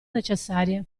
necessarie